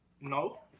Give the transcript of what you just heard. No